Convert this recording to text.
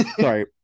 sorry